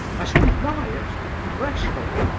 i shall lie at the threshold,